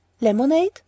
Lemonade